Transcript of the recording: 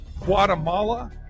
Guatemala